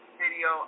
video